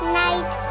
night